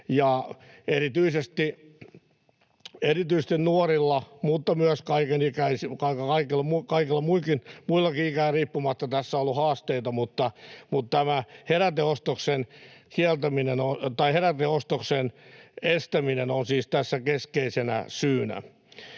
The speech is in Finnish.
Erityisesti nuorilla mutta myös kaikilla muillakin iästä riippumatta tässä on ollut haasteita. Tämä heräteostoksen estäminen on siis tässä keskeisenä syynä.